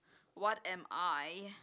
what am I